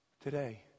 Today